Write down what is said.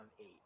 eight